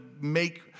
make